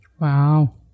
Wow